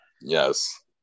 Yes